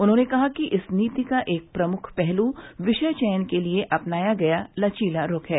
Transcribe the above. उन्होंने कहा कि इस नीति का एक प्रमुख पहलू विषय चयन के लिए अपनाया गया लचीला रुख है